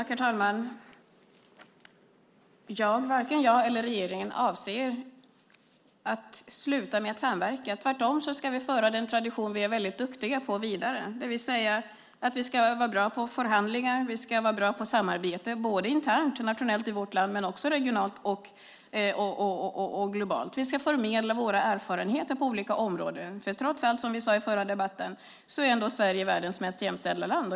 Herr talman! Varken jag eller regeringen avser att sluta samverka. Tvärtom ska vi föra den tradition som vi är väldigt duktiga på vidare, det vill säga att vi ska vara bra på förhandlingar och att vi ska vara bra på samarbete, internt och nationellt i vårt land men också regionalt och globalt. Vi ska förmedla våra erfarenheter på olika områden. Trots allt, som vi sade i den förra debatten, är Sverige världens mest jämställda land.